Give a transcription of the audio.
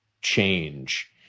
change